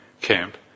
camp